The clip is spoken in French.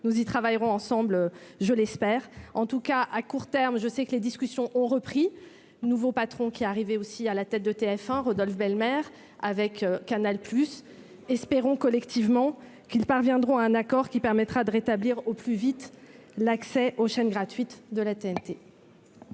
nous y travaillerons ensemble, je l'espère en tout cas à court terme, je sais que les discussions ont repris, nouveau patron, qui est arrivé aussi à la tête de TF1 Rodolphe belle-mère avec Canal Plus, espérons collectivement qu'ils parviendront à un accord qui permettra de rétablir au plus vite l'accès aux chaînes gratuites de la TNT.